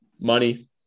money